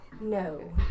No